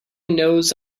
knows